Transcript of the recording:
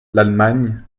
l’allemagne